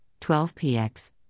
12px